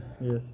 Yes